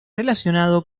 relacionado